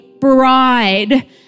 bride